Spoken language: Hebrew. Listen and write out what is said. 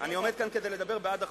אני עומד כאן כדי לדבר בעד החוק,